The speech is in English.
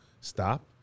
stop